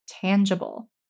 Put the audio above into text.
tangible